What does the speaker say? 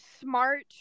smart